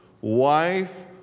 wife